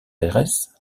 aires